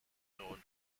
known